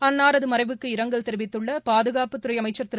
அன்னாரதமறைவுக்கு இரங்கல் தெரிவித்துள்ளபாதுகாப்புத்துறைஅமைச்சர் திரு